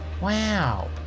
Wow